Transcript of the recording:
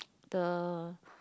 the